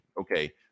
okay